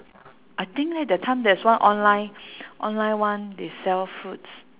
I think leh that time there's one online online one they sell fruits